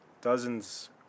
dozens